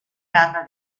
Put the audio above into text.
tanda